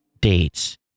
dates